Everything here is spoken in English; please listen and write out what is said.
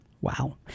Wow